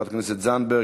חברת הכנסת זנדברג,